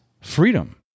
freedom